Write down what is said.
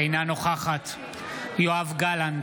אינה נוכחת יואב גלנט,